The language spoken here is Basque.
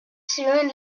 zioen